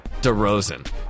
DeRozan